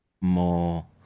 more